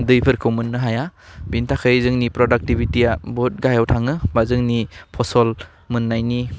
दैफोरखौ मोननो हाया बेनि थाखाय जोंनि प्रडाकटिबिटिया बहुथ गाहायाव थाङो बा जोंनि फसल मोन्नायनि